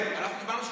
אנחנו קיבלנו 33,